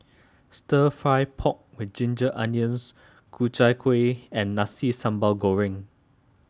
Stir Fry Pork with Ginger Onions Ku Chai Kueh and Nasi Sambal Goreng